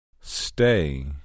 Stay